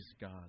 God